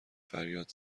فریاد